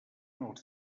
els